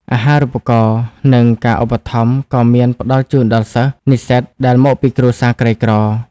អាហារូបករណ៍ និងការឧបត្ថម្ភក៏មានផ្តល់ជូនដល់សិស្ស និស្សិតដែលមកពីគ្រួសារក្រីក្រ។